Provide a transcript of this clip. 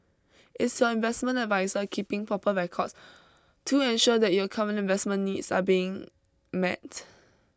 is your investment adviser keeping proper records to ensure that your current investment needs are being met